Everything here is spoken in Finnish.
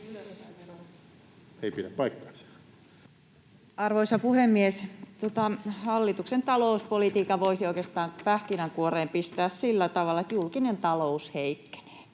Arvoisa puhemies! Hallituksen talouspolitiikan voisi oikeastaan pähkinänkuoreen pistää sillä tavalla, että julkinen talous heikkenee.